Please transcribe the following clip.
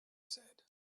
said